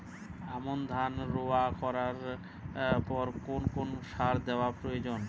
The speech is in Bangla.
আমন ধান রোয়া করার পর কোন কোন সার দেওয়া প্রয়োজন?